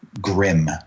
grim